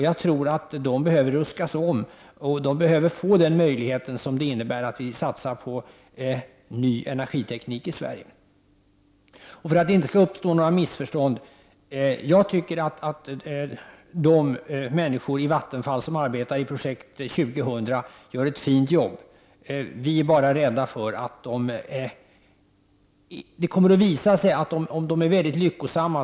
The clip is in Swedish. Jag tror att k industrin behöver ruskas om och behöver få den möjlighet som det innebär att vi satsar på en ny energiteknik i Sverige. För att det inte skall uppstå några missförstånd vill jag säga att jag tycker att de människor i Vattenfall som arbetar i Projekt 2000 gör ett fint jobb. Vi är bara rädda för att deras verksamhet kan komma att förhindras, om de är väldigt lyckosamma.